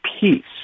peace